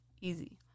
easy